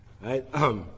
Right